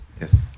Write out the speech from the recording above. Yes